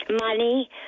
money